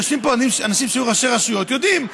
יושבים פה אנשים שהיו ראשי רשויות, שיודעים.